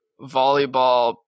volleyball